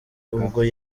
ubwo